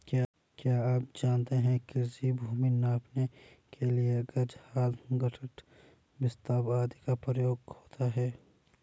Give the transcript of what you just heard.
क्या आप जानते है कृषि भूमि नापने के लिए गज, हाथ, गट्ठा, बिस्बा आदि का प्रयोग होता है?